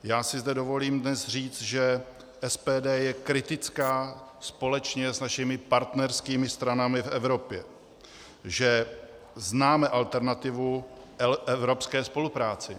Já si zde dovolím dnes říct, že SPD je kritická společně s našimi partnerskými stranami v Evropě, že známe alternativu k evropské spolupráci.